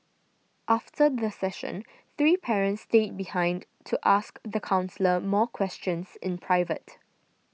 after the session three parents stayed behind to ask the counsellor more questions in private